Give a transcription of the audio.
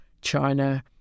China